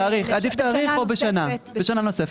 עדיף תאריך או בשנה נוספת.